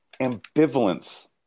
ambivalence